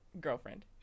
girlfriend